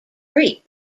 creek